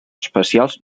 espacials